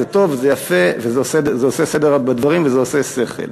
זה טוב וזה יפה וזה עושה סדר בדברים וזה עושה שכל.